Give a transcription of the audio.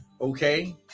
okay